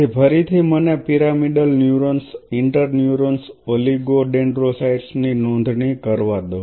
તેથી ફરીથી મને pyramidal neurons interneurons oligodendrocytes ની નોંધણી કરવા દો